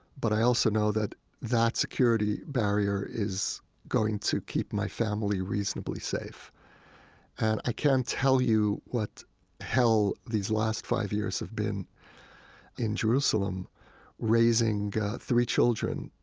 but i also know that that security barrier is going to keep my family reasonably safe and i can't tell you what here these last five years have been in jerusalem raising three children,